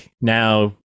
now